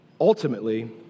ultimately